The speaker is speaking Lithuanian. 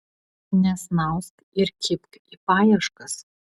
nesnausk ir kibk į paieškas